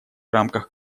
рамках